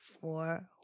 Four